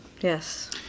Yes